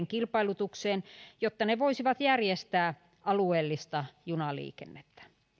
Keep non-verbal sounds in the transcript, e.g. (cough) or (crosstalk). (unintelligible) kilpailutukseen jotta ne voisivat järjestää alueellista junaliikennettä